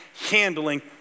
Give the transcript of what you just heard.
handling